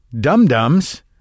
dum-dums